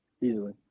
easily